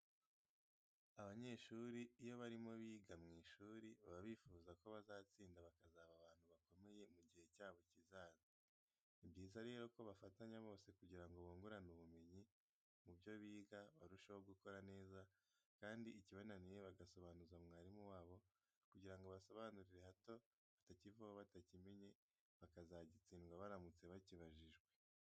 Abanyeshuri iyo barimo biga mu ishuri baba bifuza ko bazatsinda bakazaba abantu bakomeye mu gihe cyabo kizaza. Ni byiza rero ko bafatanya bose kugira ngo bungurane ubumenyi mu byo biga barusheho gukora neza kandi ikibananiye bagasobanuza mwarimu wabo kugira ngo abasobanurire hato batakivaho batakimenye bakazagitsindwa baramutse bakibajijwe.